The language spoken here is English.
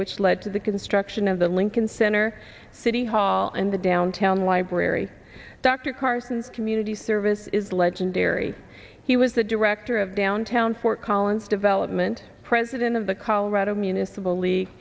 which led to the construction of the lincoln center city hall and the downtown library dr carson community service is legendary he was the director of downtown fort collins development president of the colorado municipal league